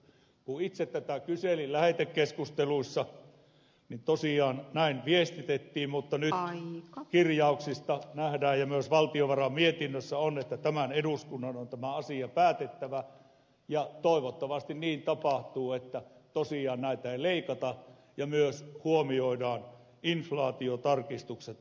kun itse tätä kyselin lähetekeskustelussa niin tosiaan näin viestitettiin mutta nyt kirjauksista nähdään ja myös valtiovarainvaliokunnan mietinnössä on että tämän eduskunnan on tämä asia päätettävä ja toivottavasti niin tapahtuu että tosiaan näitä ei leikata ja myös tehdään inflaatiotarkistukset